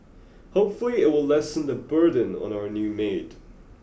hopefully it will lessen the burden on our new maid